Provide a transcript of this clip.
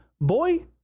boy